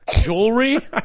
Jewelry